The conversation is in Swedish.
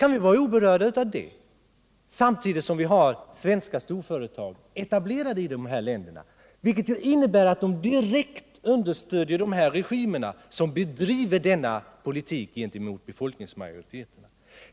Kan vi vara oberörda av detta samtidigt som vi har svenska storföretag etablerade i dessa länder, vilket innebär att de direkt understödjer de regimer som bedriver denna politik?